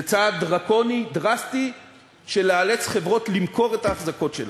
זה צעד דרקוני דרסטי של לאלץ חברות למכור את האחזקות שלהם.